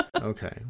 okay